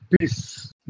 peace